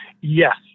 Yes